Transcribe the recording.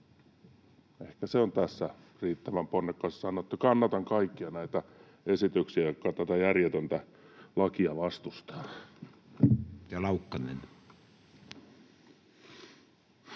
Ehkä se on tässä riittävän ponnekkaasti sanottu. Kannatan kaikkia näitä esityksiä, jotka tätä järjetöntä lakia vastustavat.